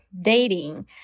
dating